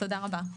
תודה רבה.